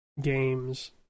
games